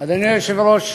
אדוני היושב-ראש,